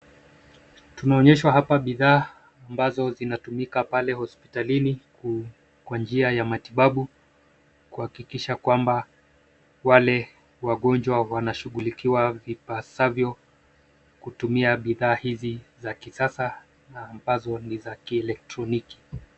Tunaonyeshwa hapa bidha ambazo zinatumika pale hospitalini, kwa njia ya matibabu, kuhakikisha kwamba wale wagonjwa wanashughulikiwa vipassavyo kutumia bidhaa hizi za kisasa na ambazo ni za kielektroniki.